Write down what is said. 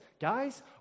Guys